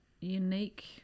unique